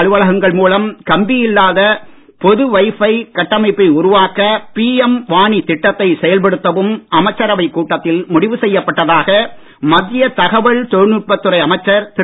அலுவலகங்கள் மூலம் கம்பி இல்லாத பொது வை ஃபை கட்டமைப்பை உருவாக்க பிஎம் வாணி திட்டத்தை செயல்படுத்தவும் அமைச்சரவை கூட்டத்தில் முடிவு செய்யப்பட்டதாக மத்திய தகவல் தொழில்நுட்பத் துறை அமைச்சர் திரு